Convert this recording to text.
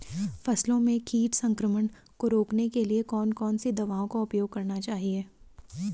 फसलों में कीट संक्रमण को रोकने के लिए कौन कौन सी दवाओं का उपयोग करना चाहिए?